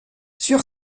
sur